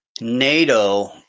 NATO